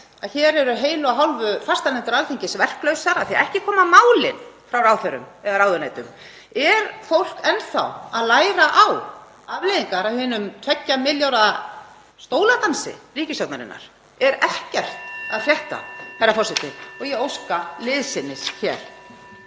að hér eru heilu og hálfu fastanefndir Alþingis verklausar af því að ekki koma málin frá ráðherrum eða ráðuneytum. Er fólk enn þá að læra á afleiðingar af hinum 2 milljarða stóladansi ríkisstjórnarinnar? Er ekkert að frétta, herra forseti? Ég óska liðsinnis